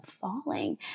falling